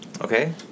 Okay